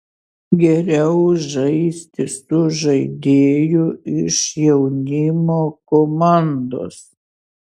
geriau žaisti su žaidėju iš jaunimo komandos